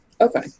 Okay